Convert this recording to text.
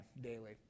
daily